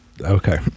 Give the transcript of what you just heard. okay